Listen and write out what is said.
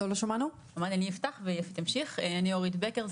אני אורית בקר,